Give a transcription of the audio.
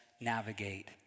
navigate